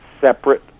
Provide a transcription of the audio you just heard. separate